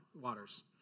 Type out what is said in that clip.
waters